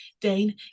Dane